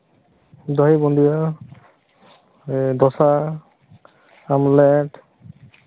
ᱫᱳᱭ ᱵᱩᱫᱽᱭᱟᱹ ᱫᱷᱳᱥᱟ ᱚᱢᱞᱮᱴ